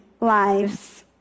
lives